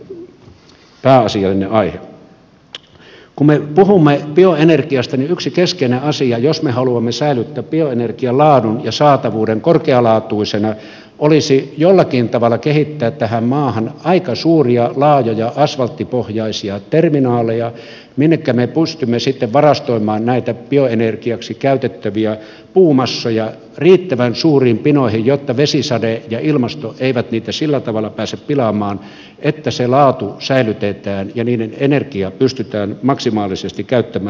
kun me puhumme bioenergiasta niin yksi keskeinen asia jos me haluamme säilyttää bioenergian laadun ja saatavuuden korkealaatuisena olisi jollakin tavalla kehittää tähän maahan aika suuria laajoja asvalttipohjaisia terminaaleja minnekä me pystymme varastoimaan näitä bioenergiaksi käytettäviä puumassoja riittävän suuriin pinoihin jotta vesisade ja ilmasto eivät niitä sillä tavalla pääse pilaamaan että se laatu säilytetään ja niiden energia pystytään maksimaalisesti käyttämään hyväksi